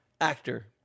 actor